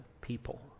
people